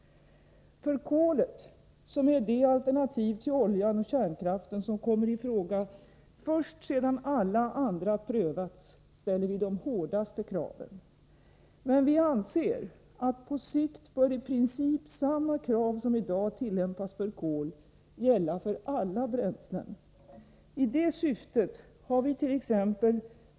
För kolet, som är det alternativ till oljan och kärnkraften som kommer i fråga först sedan alla andra prövats, ställer vi de hårdaste kraven. Men vi anser att på sikt bör i princip samma krav som i dag tillämpas för kol gälla för alla bränslen. I detta syfte har vit.ex.